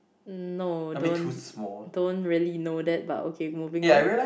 no don't don't really know that about okay moving on